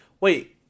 Wait